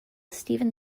stephen